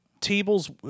tables